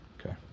okay